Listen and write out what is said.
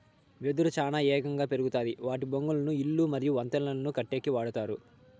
వెదురు చానా ఏగంగా పెరుగుతాది వాటి బొంగులను ఇల్లు మరియు వంతెనలను కట్టేకి వాడతారు